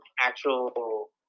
actual